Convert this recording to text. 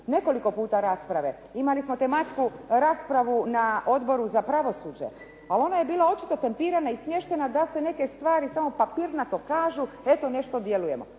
nekoliko puta raspravu. Imali smo tematsku raspravu na Odboru za pravosuđe. Ali ona je bila očito tempirana da se neke stvari samo papirnato kažu, eto nešto djelujemo,